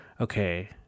okay